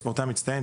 יש ספורטאי מצטיין,